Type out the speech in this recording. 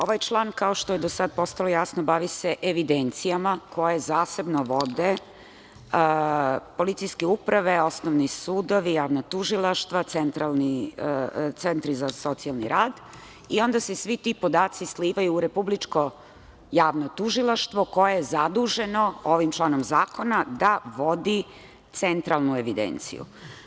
Ovaj član kao što je do sada postalo jasno bavi se evidencijama koje zasebno vode policijske uprave, osnovni sudovi, javna tužilaštva, centri za socijalni rad i onda se svi ti podaci slivaju u Republičko javno tužilaštvo koje je zaduženo ovim članom zakona da vodi centralnu evidenciju.